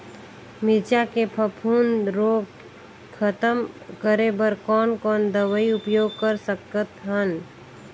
मिरचा के फफूंद रोग खतम करे बर कौन कौन दवई उपयोग कर सकत हन?